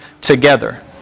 together